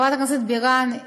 חברת הכנסת בירן,